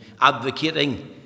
advocating